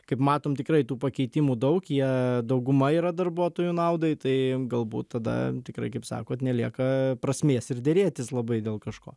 kaip matom tikrai tų pakeitimų daug jie dauguma yra darbuotojų naudai tai galbūt tada tikrai kaip sakot nelieka prasmės ir derėtis labai dėl kažko